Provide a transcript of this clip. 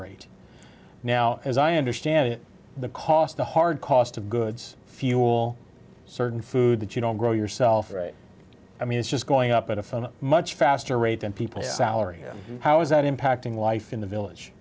rate now as i understand it the cost the hard cost of goods fuel certain food that you don't grow yourself i mean it's just going up at a much faster rate than people salary how is that impacting life in the village